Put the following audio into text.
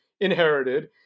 inherited